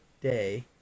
Day